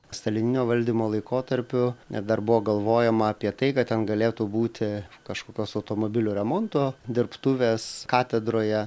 stalininio valdymo laikotarpiu net dar buvo galvojama apie tai kad ten galėtų būti kažkokios automobilių remonto dirbtuvės katedroje